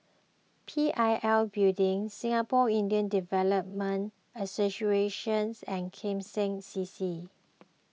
P I L Building Singapore Indian Development Associations and Kim Seng C C